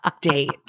date